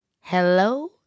Hello